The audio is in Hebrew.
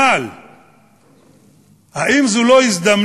אבל האם זו לא הזדמנות